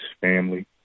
family